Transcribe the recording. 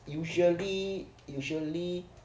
usually usually